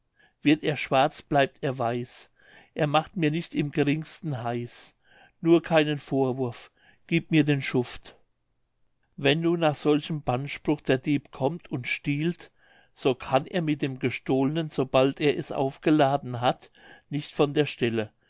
wird er schwarz bleibt er weiß es macht mir nicht im geringsten heiß nur keinen vorwurf gieb mir den schuft wenn nun nach solchem bannspruch der dieb kommt und stiehlt so kann er mit dem gestohlnen sobald er es aufgeladen hat nicht von der stelle